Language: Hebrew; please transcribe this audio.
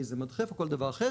אם זה מדחף או כל דבר אחר.